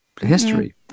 History